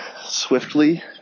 swiftly